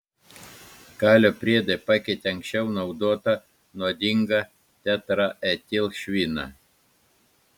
kalio priedai pakeitė anksčiau naudotą nuodingą tetraetilšviną